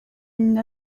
une